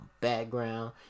background